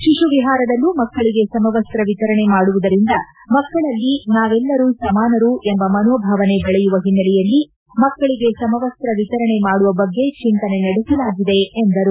ಶಿಶುವಿಪಾರದಲ್ಲೂ ಮಕ್ಕಳಿಗೆ ಸಮವಸ್ತ ವಿತರಣೆ ಮಾಡುವುದರಿಂದ ಮಕ್ಕಳಲ್ಲಿ ನಾವೆಲ್ಲರೂ ಸಮಾನರು ಎಂಬ ಮನೋಭಾವನೆ ಬೆಳೆಯುವ ಓನ್ನೆಲೆಯಲ್ಲಿ ಮಕ್ಕಳಿಗೆ ಸಮವಸ್ತ ವಿತರಣೆ ಮಾಡುವ ಬಗ್ಗೆ ಚಿಂತನೆ ನಡೆಸಲಾಗಿದೆ ಎಂದರು